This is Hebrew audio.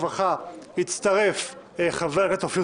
הרווחה והבריאות יצטרף חבר הכנסת אופיר